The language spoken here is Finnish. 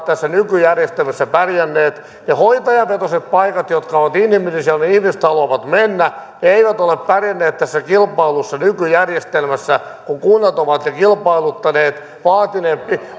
tässä nykyjärjestelmässä pärjänneet ja hoitajavetoiset paikat jotka ovat inhimillisiä ja jonne ihmiset haluavat mennä eivät ole pärjänneet tässä kilpailussa nykyjärjestelmässä kun kunnat ovat ne kilpailuttaneet vaatineet